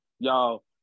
Y'all